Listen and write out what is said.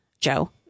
Joe